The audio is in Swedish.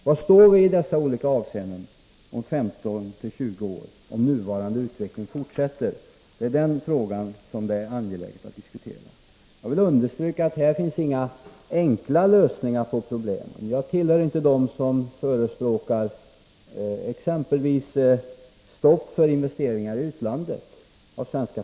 Var står vi i dessa avseenden om 15-20 år, om nuvarande utveckling fortsätter? Den frågan är det angeläget att diskutera. Jag vill understryka att det inte finns några enkla lösningar på dessa problem. Jag tillhör inte dem som förespråkar exempelvis stopp för investeringar av svenska företag i utlandet.